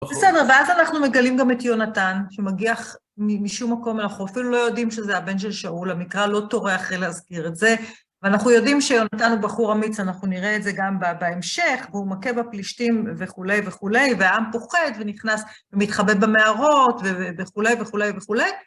בסדר, ואז אנחנו מגלים גם את יונתן, שמגיח משום מקום, אנחנו אפילו לא יודעים שזה הבן של שאול, המקרא לא טורח להזכיר את זה, ואנחנו יודעים שיונתן הוא בחור אמיץ, אנחנו נראה את זה גם בהמשך, והוא מכה בפלישתים וכולי וכולי, והעם פוחד ונכנס ומתחבא במערות וכולי וכולי וכולי.